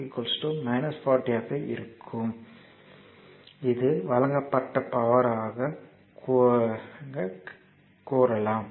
எனவே இப்போது இங்கு வழங்கப்பட்ட பவர் P 1என கூறலாம்